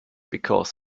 because